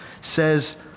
says